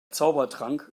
zaubertrank